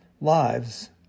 lives